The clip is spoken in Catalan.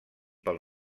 pel